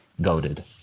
goaded